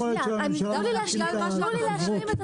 תנו לי להשלים את התשובה.